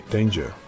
Danger